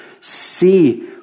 see